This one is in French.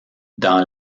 dans